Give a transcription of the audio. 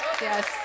Yes